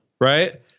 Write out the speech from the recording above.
right